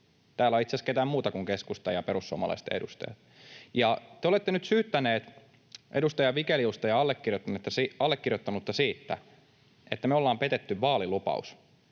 täällä ei itse asiassa ole ketään muita kuin keskustan ja perussuomalaisten edustajia. Te olette nyt syyttäneet edustaja Vigeliusta ja allekirjoittanutta siitä, että me ollaan petetty vaalilupaus.